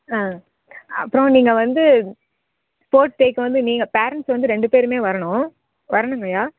ஆ அப்றம் நீங்கள் வந்து ஸ்போர்ட்ஸ் டேவுக்கு வந்த நீங்கள் பேரன்ட்ஸ் வந்து ரெண்டு பேரும் வரணும் வரணும்ங்கய்யா